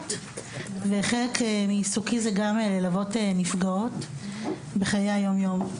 נבחרות וחלק מעיסוק הוא ללוות נפגעות בחיי היום יום.